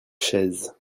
chaises